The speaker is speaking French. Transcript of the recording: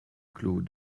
clos